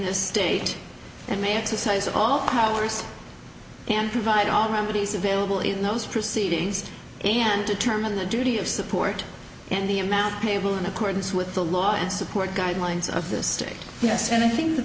this state and may have to size all powers and provide all remedies available in those proceedings and determine the duty of support and the amount payable in accordance with the law and support guidelines of the state yes and i think that